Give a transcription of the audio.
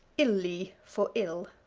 illy for ill.